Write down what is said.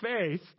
faith